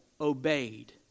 obeyed